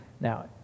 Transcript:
Now